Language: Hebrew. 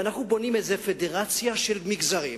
ואנחנו בונים איזו פדרציה של מגזרים